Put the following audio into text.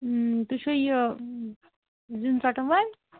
تُہۍ چھُوا یہِ زِیُن ژَٹَن وٲلۍ